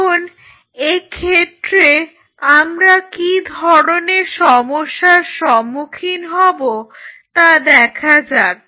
এখন এক্ষেত্রে আমরা কি ধরনের সমস্যার সম্মুখীন হব তা দেখা যাক